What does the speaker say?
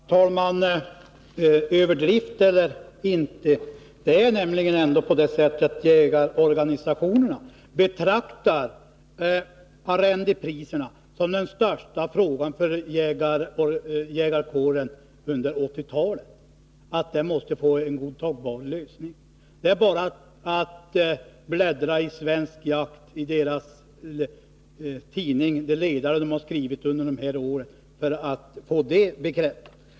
Herr talman! Vare sig det är en överdrift eller inte är det ändå på det sättet att jägarorganisationerna betraktar arrendepriserna som den största frågan för jägarkåren under 1980-talet, och man anser att denna fråga måste få en godtagbar lösning. Det är bara att läsa ledarna i Svensk Jakt under de senaste åren för att få det bekräftat.